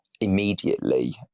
immediately